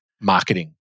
marketing